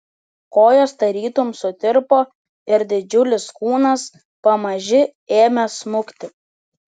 kojos tarytum sutirpo ir didžiulis kūnas pamaži ėmė smukti